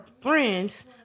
friends